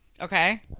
Okay